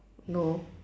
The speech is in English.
no